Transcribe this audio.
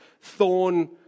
thorn